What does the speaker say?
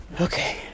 Okay